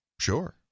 Sure